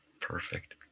Perfect